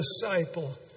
disciple